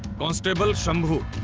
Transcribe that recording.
constable shambhu